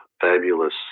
fabulous